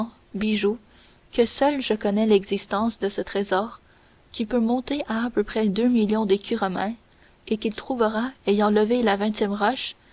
bijoux que seul je connais l'existence de ce trésor qui peut monter à peu près à deux mil lions d'écus romains et qu'il trouvera ayant levé la vingtième